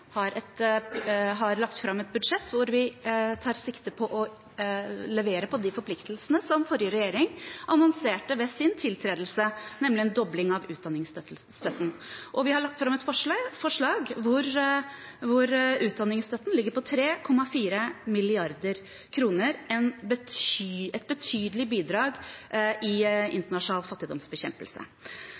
har lagt fram et budsjett hvor vi tar sikte på å levere på de forpliktelsene som den forrige regjeringen annonserte ved sin tiltredelse, nemlig en dobling av utdanningsstøtten. Og vi har lagt fram et forslag hvor utdanningsstøtten ligger på 3,4 mrd. kr – et betydelig bidrag i internasjonal fattigdomsbekjempelse.